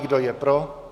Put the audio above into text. Kdo je pro?